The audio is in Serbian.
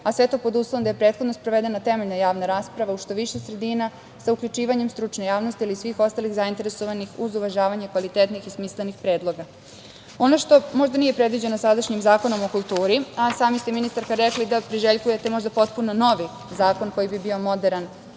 a sve to pod uslovom da je prethodno sprovedena temeljna javna rasprava u što više sredina, sa uključivanjem stručne javnosti ali i svih ostalih zainteresovanih, uz uvažavanje kvalitetnih i smislenih predloga. Ono što možda nije predviđeno sadašnjim Zakonom o kulturi, a sami ste ministarka rekli da priželjkujete možda potpuno novi zakon koji bi bio moderan